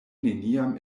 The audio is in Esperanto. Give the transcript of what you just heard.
neniam